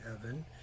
heaven